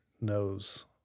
knows